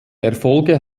erfolge